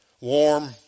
warm